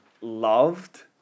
loved